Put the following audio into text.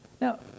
now